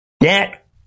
Get